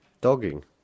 Dogging